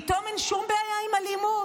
פתאום אין שום בעיה עם אלימות,